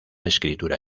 escritura